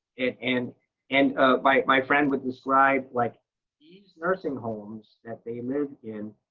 and and my my friend would describe like these nursing homes that they lived in,